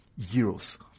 euros